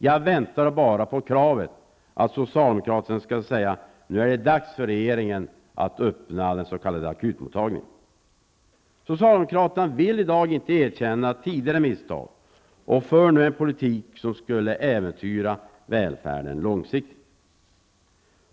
Jag väntar bara på kravet att det nu skulle vara dags för regeringen att öppna akutmottagningen. De vill inte erkänna tidigare misstag och förespråkar nu en politik som skulle äventyra välfärden långsiktigt.